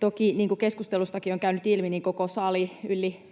Toki, niin kuin keskustelustakin on käynyt ilmi, koko sali yli